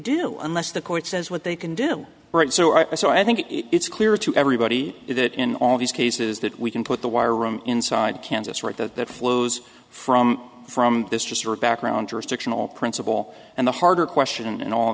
do unless the court says what they can do right so i so i think it's clear to everybody that in all these cases that we can put the wire room inside kansas right that that flows from from this just background jurisdictional principle and the harder question and all